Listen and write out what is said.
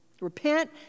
Repent